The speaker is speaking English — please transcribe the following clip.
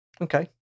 okay